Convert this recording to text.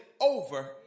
over